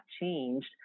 changed